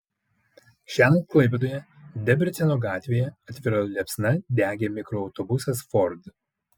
šiąnakt klaipėdoje debreceno gatvėje atvira liepsna degė mikroautobusas ford